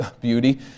beauty